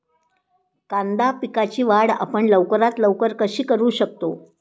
कांदा पिकाची वाढ आपण लवकरात लवकर कशी करू शकतो?